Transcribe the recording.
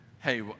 hey